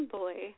boy